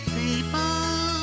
people